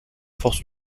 force